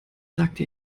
sagte